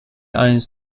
owns